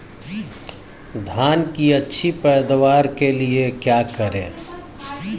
धान की अच्छी पैदावार के लिए क्या करें?